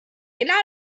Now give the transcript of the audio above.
genau